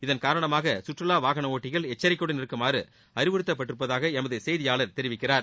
இதன் காரணமாக கற்றுலா வாகன ஒட்டிகள் எச்சரிக்கையுடன் இருக்குமாறு அறிவுறுத்தப்பட்டிருப்பதாக எமது செய்தியாளர் தெரிவிக்கிறார்